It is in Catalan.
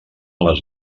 les